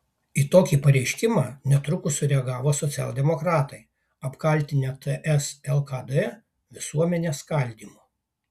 į tokį pareiškimą netrukus sureagavo socialdemokratai apkaltinę ts lkd visuomenės skaldymu